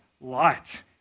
light